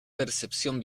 percepción